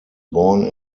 born